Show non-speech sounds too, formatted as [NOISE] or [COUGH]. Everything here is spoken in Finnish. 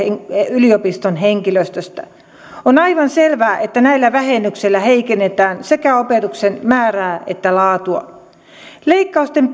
yliopiston henkilöstöstä on aivan selvää että näillä vähennyksillä heikennetään sekä opetuksen määrää että laatua leikkausten [UNINTELLIGIBLE]